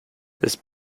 this